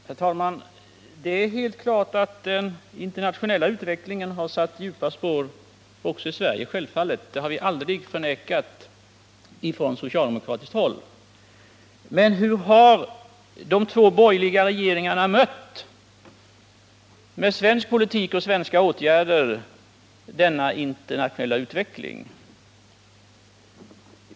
Herr talman! Det är helt klart att den internationella utvecklingen satt djupa spår också i Sverige. Självfallet är det så, och det har vi aldrig förnekat från socialdemokratiskt håll. Men hur har de två borgerliga regeringarna mött denna internationella utveckling med svensk politik och svenska åtgärder?